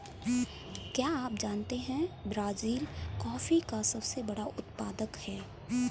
क्या आप जानते है ब्राज़ील कॉफ़ी का सबसे बड़ा उत्पादक है